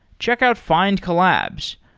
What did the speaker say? check out findcollabs.